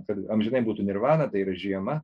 kad amžinai būtų nirvana tai yra žiema